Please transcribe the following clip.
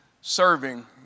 serving